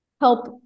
help